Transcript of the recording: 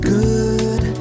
good